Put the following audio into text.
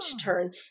turn